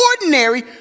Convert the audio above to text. ordinary